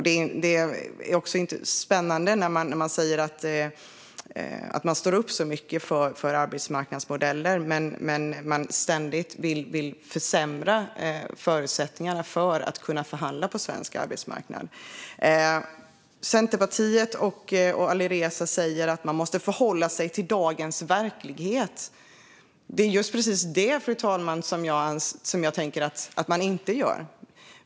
Det är spännande när man säger att man står upp så mycket för arbetsmarknadsmodellen men ständigt vill försämra förutsättningarna för att kunna förhandla på svensk arbetsmarknad. Centerpartiet och Alireza säger att man måste förhålla sig till dagens verklighet. Det är just precis det, fru talman, som jag anser att man inte gör.